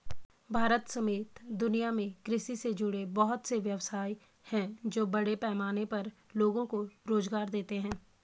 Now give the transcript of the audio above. भारत समेत दुनिया में कृषि से जुड़े बहुत से व्यवसाय हैं जो बड़े पैमाने पर लोगो को रोज़गार देते हैं